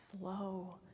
slow